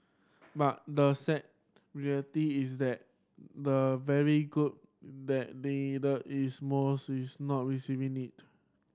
but the sad reality is that the very group that needed its most is not receiving it